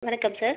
வணக்கம் சார்